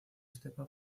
estepa